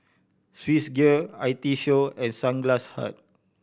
Swissgear I T Show and Sunglass Hut